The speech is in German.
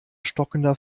stockender